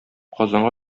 казанга